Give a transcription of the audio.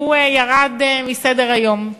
ירד מסדר-היום.